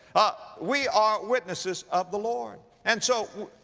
ah, we are witnesses of the lord. and so,